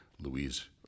Louise